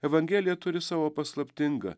evangelija turi savo paslaptingą